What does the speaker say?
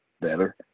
better